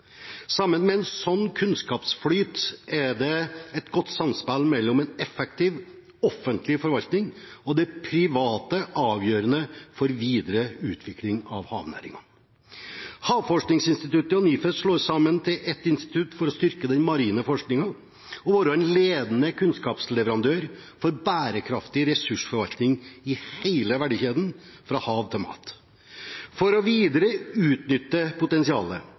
Sammen med en sånn kunnskapsflyt er et godt samspill mellom en effektiv offentlig forvaltning og det private avgjørende for videre utvikling av havnæringen. Havforskningsinstituttet og NIFES slås sammen til ett institutt for å styrke den marine forskningen og være en ledende kunnskapsleverandør for bærekraftig ressursforvaltning i hele verdikjeden fra hav til mat. For videre å utnytte potensialet